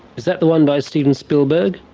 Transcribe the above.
is that the one by steven spielberg?